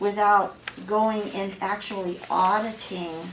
without going and actually on a team